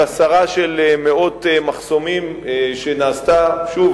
על הסרה של מאות מחסומים שוב,